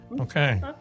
Okay